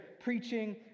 preaching